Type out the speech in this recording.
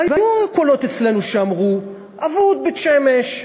והיו קולות אצלנו שאמרו, אבוד, בית-שמש,